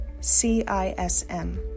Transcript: cism